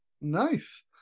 Nice